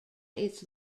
its